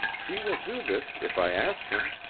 he will do this if i ask him,